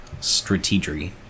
strategic